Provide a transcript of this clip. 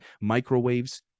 microwaves